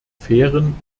fairen